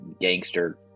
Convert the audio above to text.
gangster